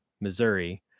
Missouri